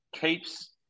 keeps